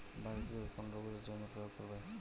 Biocure কোন রোগেরজন্য প্রয়োগ করে?